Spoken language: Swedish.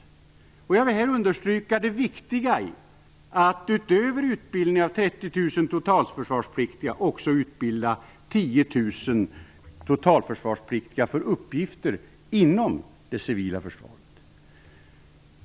Jag vill här understryka det viktiga i att utöver utbildningen av 30 000 totalförsvarspliktiga också utbilda 10 000 totalförsvarspliktiga för uppgifter inom det civila försvaret.